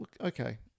okay